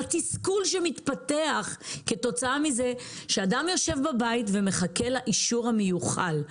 התסכול שמתפתח כתוצאה מכך שאדם יושב בבית ומחכה לאישור המיוחל.